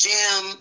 Jim